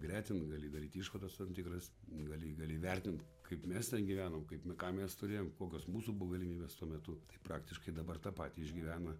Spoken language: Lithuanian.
gretint gali daryt išvadas tam tikras gali gali vertint kaip mes ten gyvenom kaip ką mes turėjom kokios mūsų buvo galimybės tuo metu tai praktiškai dabar tą patį išgyvena